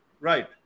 Right